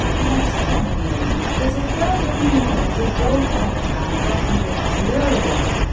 less commonly, it occurs in minerals as gold compounds, often with tellurium.